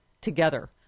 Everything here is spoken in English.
together